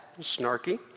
Snarky